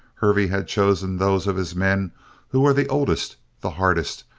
hervey had chosen those of his men who were the oldest, the hardest,